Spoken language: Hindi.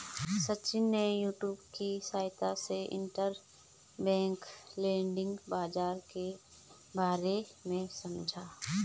सचिन ने यूट्यूब की सहायता से इंटरबैंक लैंडिंग बाजार के बारे में समझा